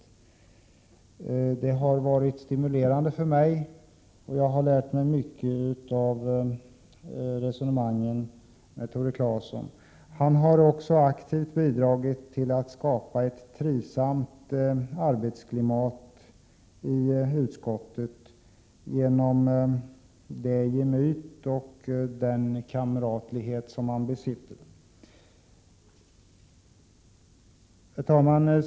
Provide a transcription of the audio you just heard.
Det har varit stimulerande för mig, och jag har lärt mig mycket av att resonera med Tore Claeson. Han har också aktivt bidragit till att skapa ett trivsamt arbetsklimat i utskottet genom det gemyt och den kamratlighet som han besitter. Herr talman!